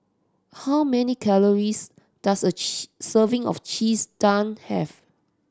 how many calories does a serving of Cheese Naan have